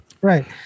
Right